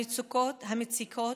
המצוקות המציקות,